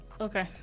Okay